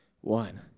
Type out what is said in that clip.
one